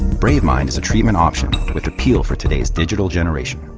bravemind is a treatment option with appeal for today's digital generation.